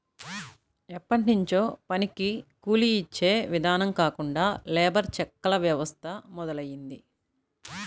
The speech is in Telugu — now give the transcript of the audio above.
ఎప్పట్నుంచో పనికి కూలీ యిచ్చే ఇదానం కాకుండా లేబర్ చెక్కుల వ్యవస్థ మొదలయ్యింది